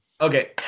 Okay